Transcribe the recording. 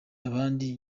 abandi